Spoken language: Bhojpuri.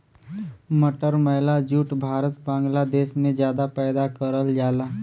मटमैला जूट भारत बांग्लादेश में जादा पैदा करल जाला